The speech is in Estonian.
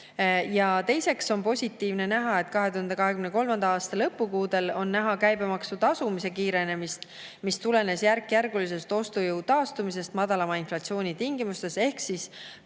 Teiseks on positiivne, et 2023. aasta lõpukuudel oli näha käibemaksu tasumise [tõusu], mis tulenes järkjärgulisest ostujõu taastumisest madalama inflatsiooni tingimustes. Ehk siis